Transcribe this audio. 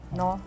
no